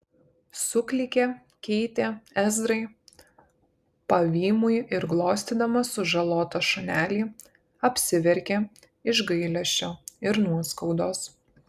suklykė keitė ezrai pavymui ir glostydama sužalotą šunelį apsiverkė iš gailesčio ir nuoskaudos